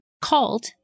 called